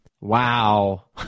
Wow